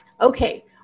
Okay